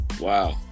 Wow